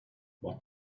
what